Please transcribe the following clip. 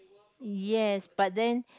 yes but then